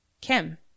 Kim